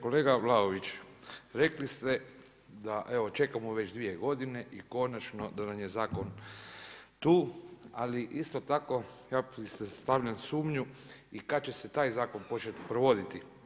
Kolega Vlaović, rekli ste da evo čekamo već dvije godine i konačno da nam je zakon tu, ali isto tako … stavljam sumnju i kada će se taj zakon početi provoditi.